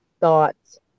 thoughts